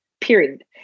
period